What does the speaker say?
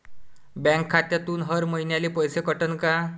Bank खात्यातून हर महिन्याले पैसे कटन का?